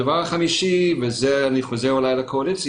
הנקודה החמישית וכאן אני אולי חוזר לקואליציה.